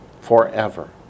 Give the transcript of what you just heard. forever